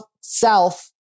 self